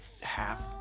half